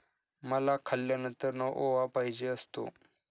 मला खाल्यानंतर ओवा पाहिजे असतो